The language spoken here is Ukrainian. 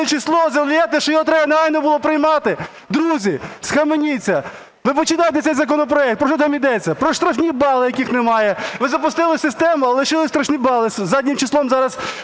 сльози льете, що його треба негайно було приймати. Друзі, схаменіться, ви починайте цей законопроект. Про що там ідеться? Про штрафні бали, яких немає. Ви запустили систему, а лишили штрафні бали, заднім числом зараз